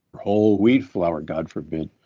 whole wheat flour, god forbid.